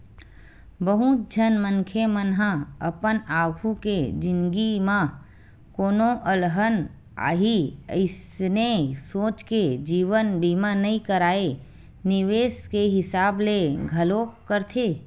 बहुत झन मनखे मन ह अपन आघु के जिनगी म कोनो अलहन आही अइसने सोच के जीवन बीमा नइ कारय निवेस के हिसाब ले घलोक करथे